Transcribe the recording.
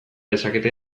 dezakete